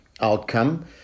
outcome